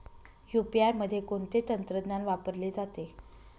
UPI मध्ये कोणते तंत्रज्ञान वापरले जाते?